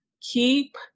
Keep